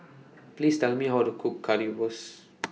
Please Tell Me How to Cook Currywurst